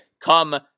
come